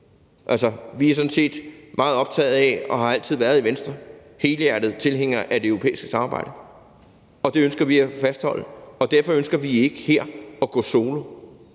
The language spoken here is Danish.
Altså, vi er sådan set meget optaget af og har altid været helhjertede tilhængere af det europæiske samarbejde i Venstre. Det ønsker vi at fastholde, og derfor ønsker vi ikke her at gå solo.